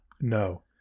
No